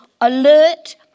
alert